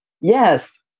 yes